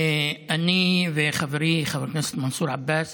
אני וחברי חבר הכנסת מנסור עבאס